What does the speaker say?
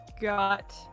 got